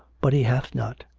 but he hath not,